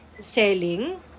selling